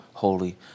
holy